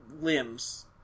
limbs